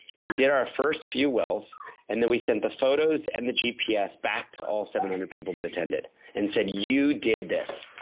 we did our first few wells and then, we sent the photos and the gps back to all seven hundred people that attended and said, you did this.